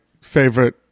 favorite